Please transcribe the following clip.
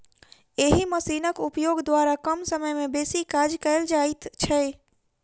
एहि मशीनक उपयोग द्वारा कम समय मे बेसी काज कयल जाइत छै